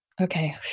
Okay